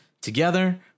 Together